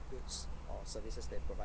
goods or services they provide